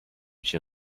się